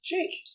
Jake